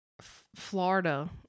Florida